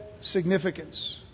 significance